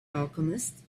alchemist